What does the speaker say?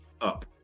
up